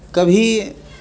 کبھی